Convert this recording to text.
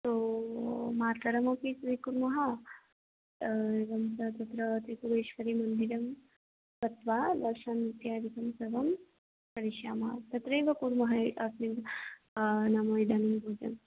तो मातरमपि स्वीकुर्वः एवं च तत्र त्रिपुरेश्वरीमन्दिरं गत्वा दर्शनमित्यादिकं सर्वं करिष्यामः तत्र एव कुर्मः अस्मिन् नाम इदानीं भोजनम्